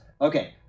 Okay